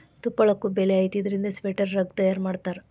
ತುಪ್ಪಳಕ್ಕು ಬೆಲಿ ಐತಿ ಇದರಿಂದ ಸ್ವೆಟರ್, ರಗ್ಗ ತಯಾರ ಮಾಡತಾರ